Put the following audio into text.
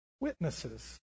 witnesses